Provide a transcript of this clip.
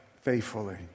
faithfully